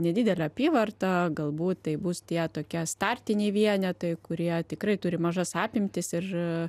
nedidelę apyvartą galbūt tai bus tie tokie startiniai vienetai kurie tikrai turi mažas apimtis ir